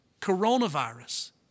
coronavirus